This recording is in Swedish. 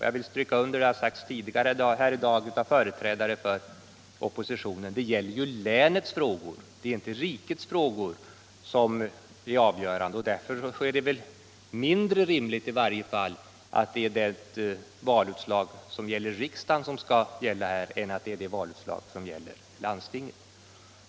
Jag vill stryka under vad som sagts tidigare här i dag av företrädare för oppositionen: Det gäller ju länets frågor. Det är inte rikets frågor som är avgörande, och därför är det väl mindre lämpligt att det valutslag som gäller riksdagen skall vara avgörande också här. Vad som bör gälla är det valutslag som gäller landstinget.